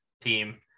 team